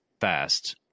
fast